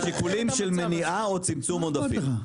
שיקולים של מניעה או צמצום עודפים.